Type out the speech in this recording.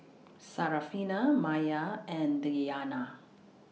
Syarafina Maya and Diyana